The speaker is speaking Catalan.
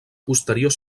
posterior